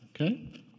Okay